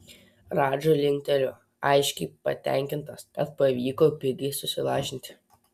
radža linktelėjo aiškiai patenkintas kad pavyko pigiai susilažinti